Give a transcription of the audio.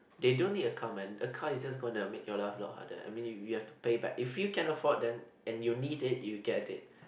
they don't need car men a car is just gonna make your life load like that and mean you you have to paid back if you can afford then and you need it and you get it